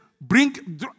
bring